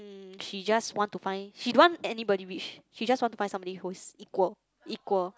mm she just want to find she don't want anybody rich she just want to find somebody who's equal equal